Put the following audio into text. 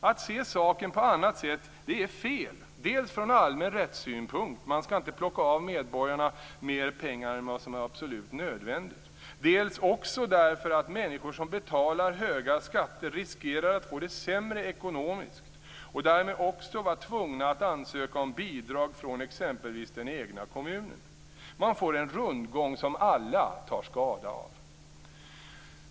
Att se saken på annat sätt är fel, dels från allmän rättssynpunkt - man skall inte plocka av medborgarna mer pengar än vad som är absolut nödvändigt - dels också från synpunkten att människor som betalar höga skatter riskerar att få det sämre ekonomiskt och därmed också vara tvungna att ansöka om bidrag från exempelvis den egna kommunen. Man får en rundgång som alla tar skada av.